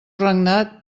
regnat